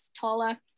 taller